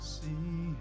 see